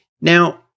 Now